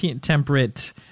temperate